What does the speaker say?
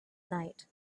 night